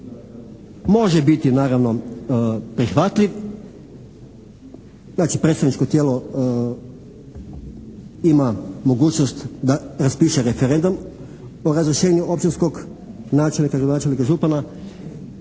može biti naravno prihvatljiv, znači predstavničko tijelo ima mogućnost da raspiše referendum o razrješenju općinskog načelnika, gradonačelnika i župana.